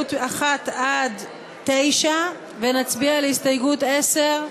הסתייגויות 1 9 ונצביע על הסתייגות 10,